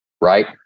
Right